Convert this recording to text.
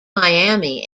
miami